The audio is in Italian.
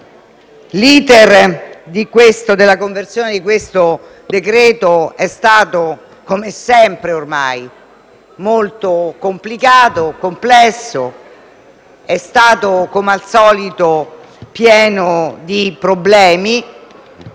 l'*iter* della conversione di questo decreto-legge è stato, come sempre ormai, molto complesso; è stato, come al solito, pieno di problemi.